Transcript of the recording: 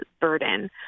burden